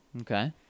okay